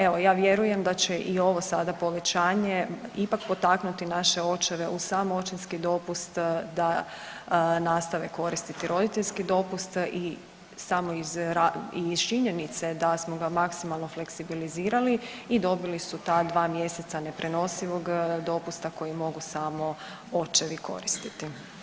Evo ja vjerujem da će i ovo sada povećanje ipak potaknuti naše očeve uz sam očinski dopust da nastave koristiti roditeljski dopust i samo iz činjenice da smo ga maksimalno fleksibilizirali i dobili su ta dva mjeseca neprenosivog dopusta koji mogu samo očevi koristiti.